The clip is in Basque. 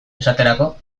esaterako